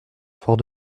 fort